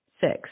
Six